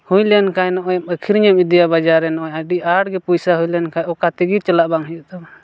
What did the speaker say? ᱦᱩᱭ ᱞᱮᱱᱠᱷᱟᱡ ᱱᱚᱜᱼᱚᱸᱭ ᱮᱢ ᱟᱹᱠᱷᱨᱤᱧᱮᱢ ᱤᱫᱤᱭᱟ ᱵᱟᱡᱟᱨ ᱨᱮ ᱱᱚᱜᱼᱚᱸᱭ ᱟᱹᱰᱤ ᱟᱸᱴ ᱜᱮ ᱯᱚᱭᱥᱟ ᱦᱩᱭ ᱞᱮᱱᱠᱷᱟᱡ ᱚᱠᱟ ᱛᱮᱜᱮ ᱪᱟᱞᱟᱜ ᱵᱟᱝ ᱦᱩᱭᱩᱜ ᱛᱟᱢᱟ